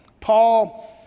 Paul